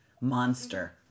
monster